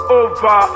over